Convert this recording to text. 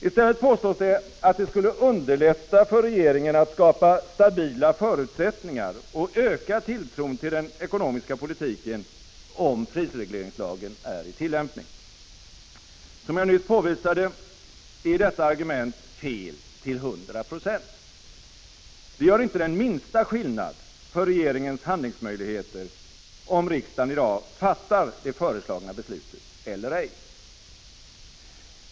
I stället påstås det att det skulle underlätta för regeringen att skapa stabila förutsättningar och öka tilltron till den ekonomiska politiken, om prisregleringslagen är i tillämpning. Som jag nyss påvisade, är detta argument fel till 100 26. Det gör inte den minsta skillnad för regeringens handlingsmöjligheter, om riksdagen i dag fattar det föreslagna beslutet eller ej.